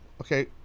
Okay